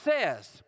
says